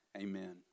amen